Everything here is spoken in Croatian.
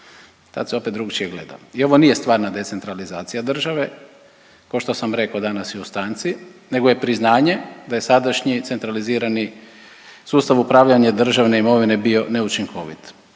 Tad se opet drugačije gleda. I ovo nije stvarna decentralizacija države kao što sam rekao danas i u stanci, nego je priznanje da je sadašnji centralizirani sustav upravljanje državne imovine bio neučinkovit.